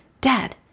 Dad